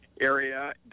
area